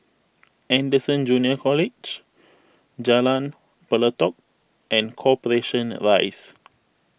Anderson Junior College Jalan Pelatok and Corporation Rise